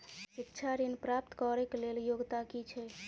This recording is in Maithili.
शिक्षा ऋण प्राप्त करऽ कऽ लेल योग्यता की छई?